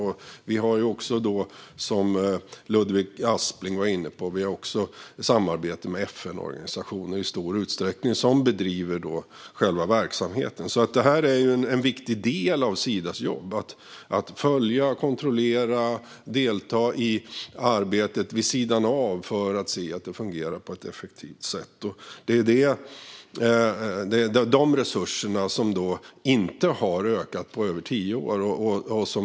Vi har också i stor utsträckning, som Ludvig Aspling var inne på, samarbete med FN-organisationer som bedriver själva verksamheten. En viktig del av Sidas jobb är alltså att följa, kontrollera och delta i arbetet vid sidan av för att se att det fungerar på ett effektivt sätt. Det är de resurserna som inte har ökat på över tio år.